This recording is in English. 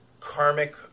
karmic